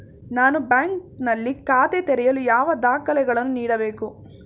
ನಾನು ಬ್ಯಾಂಕ್ ನಲ್ಲಿ ಖಾತೆ ತೆರೆಯಲು ಯಾವ ದಾಖಲೆಗಳನ್ನು ನೀಡಬೇಕು?